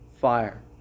fire